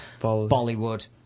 Bollywood